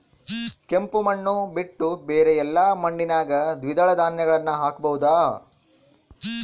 ಕೆಂಪು ಮಣ್ಣು ಬಿಟ್ಟು ಬೇರೆ ಎಲ್ಲಾ ಮಣ್ಣಿನಾಗ ದ್ವಿದಳ ಧಾನ್ಯಗಳನ್ನ ಹಾಕಬಹುದಾ?